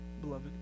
beloved